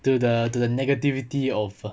to the to the negativity of